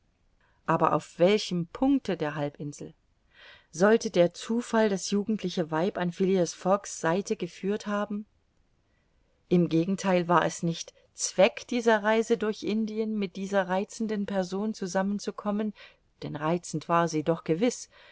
aber auf welchem punkte der halbinsel sollte der zufall das jugendliche weib an phileas fogg's seite geführt haben im gegentheil war es nicht zweck dieser reise durch indien mit dieser reizenden person zusammen zu kommen denn reizend war sie doch gewiß